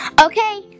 Okay